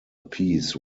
piece